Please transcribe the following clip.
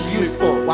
useful